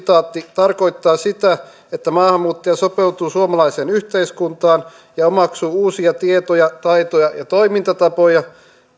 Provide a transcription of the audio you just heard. tarkoittaa sitä että maahanmuuttaja sopeutuu suomalaiseen yhteiskuntaan ja omaksuu uusia tietoja taitoja ja toimintatapoja